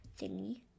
thingy